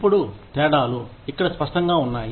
ఇప్పుడు తేడాలు ఇక్కడ స్పష్టంగా ఉన్నాయి